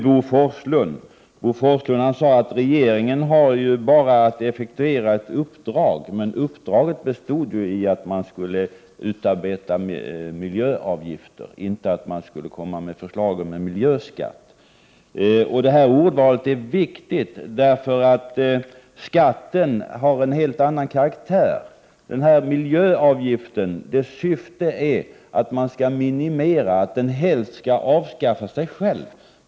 Bo Forslund sade att regeringen bara har att effektuera ett uppdrag. Men uppdraget bestod ju i att utarbeta miljöavgifter, inte i att lägga fram förslag om en miljöskatt. Ordvalet är i detta sammanhang viktigt, eftersom skatten har en helt annan karaktär. Miljöavgiftens syfte är att minimeras, helst att den skall avskaffa sig själv.